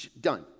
done